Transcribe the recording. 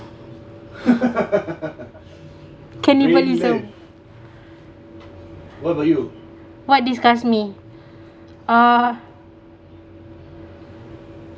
can you believe the what disgust me uh